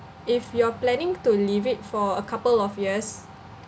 if you're planning to leave it for a couple of years